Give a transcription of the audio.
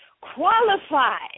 qualified